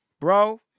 bro